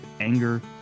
anger